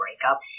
breakup